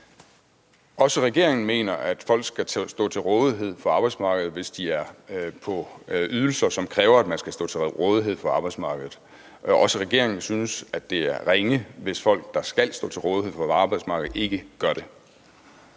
Også regeringen mener, at folk skal stå til rådighed for arbejdsmarkedet, hvis de er på ydelser, som kræver, at man skal stå til rådighed for arbejdsmarkedet. Også regeringen synes, at det er ringe, hvis folk, der skal stå til rådighed for arbejdsmarkedet, ikke gør det.